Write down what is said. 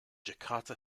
jakarta